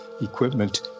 equipment